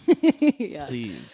please